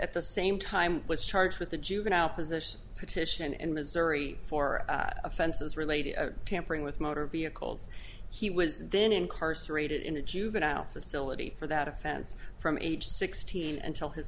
at the same time was charged with the juvenile position petition in missouri for offenses related tampering with motor vehicles he was then incarcerated in a juvenile facility for that offense from age sixteen and till his